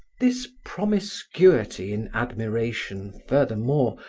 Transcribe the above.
this promiscuity in admiration, furthermore,